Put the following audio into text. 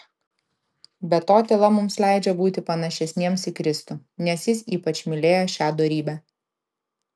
be to tyla mums leidžia būti panašesniems į kristų nes jis ypač mylėjo šią dorybę